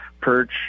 perch